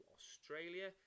Australia